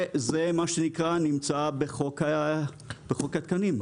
זה נמצא בחוק התקנים.